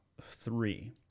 three